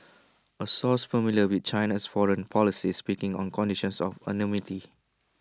A source familiar with China's foreign policy speaking on condition of anonymity